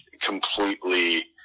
completely